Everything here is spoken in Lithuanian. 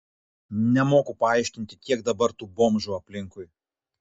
nemoku paaiškinti kiek dabar tų bomžų aplinkui